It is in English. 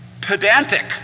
pedantic